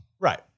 Right